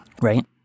Right